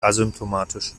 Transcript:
asymptomatisch